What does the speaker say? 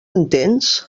entens